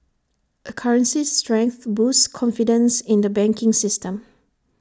A currency's strength boosts confidence in the banking system